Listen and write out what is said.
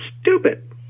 stupid